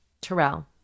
Terrell